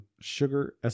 sugar